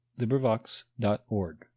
LibriVox.org